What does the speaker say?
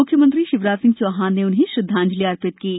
म्ख्यमंत्री शिवराज सिंह चौहान ने उन्हें श्रद्वांजलि दी है